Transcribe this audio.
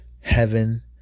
Heaven